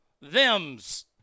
thems